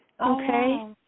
okay